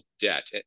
debt